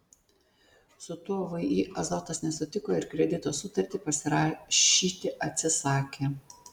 su tuo vį azotas nesutiko ir kredito sutartį pasirašyti atsisakė